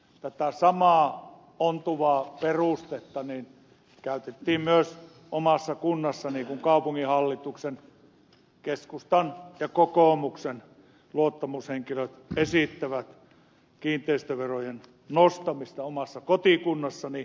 tätä samaa ontuvaa perustetta käytettiin myös omassa kunnassani kun kaupunginhallituksen keskustan ja kokoomuksen luottamushenkilöt esittävät kiinteistöverojen nostamista omassa kotikunnassani